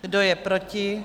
Kdo je proti?